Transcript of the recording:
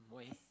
why